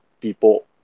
people